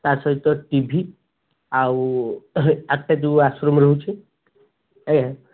ତା ସହିତ ଟିଭି ଆଉ ଆଟାଚ୍ ୱାସ୍ରୁମ୍ ରହୁଛି ଆଜ୍ଞା